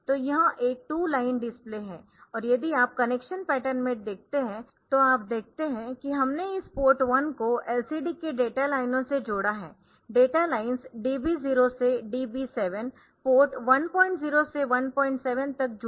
तो यह एक 2 लाइन डिस्प्ले है और यदि आप कनेक्शन पैटर्न में देखते है तो आप देखते है कि हमने इस पोर्ट 1 को LCD की डेटा लाइनों से जोड़ा है डेटा लाइन्स DB 0 से DB 7 पोर्ट 10 से 17 तक जुड़े हुए है